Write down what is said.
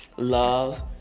Love